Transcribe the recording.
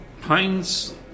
Pines